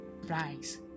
Rise